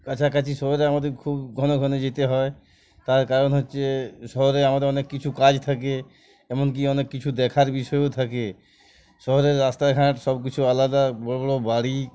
কাছাকাছি শহরে আমাদের খুব ঘন ঘন যেতে হয় তার কারণ হচ্ছে শহরে আমাদের অনেক কিছু কাজ থাকে এমন কি অনেক কিছু দেখার বিষয়ও থাকে শহরের রাস্তাঘাট সবকিছু আলাদা বড় বড় বাড়ি